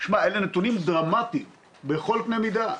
אלה נתונים דרמטיים בכל קנה מידה.